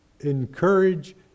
encourage